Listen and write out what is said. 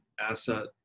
asset